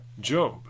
Job